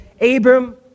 Abram